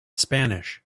spanish